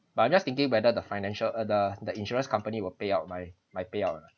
but I'm just thinking whether the financial uh the the insurance company will pay out my my payout ah